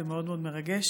זה מאוד מאוד מרגש